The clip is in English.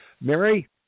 Mary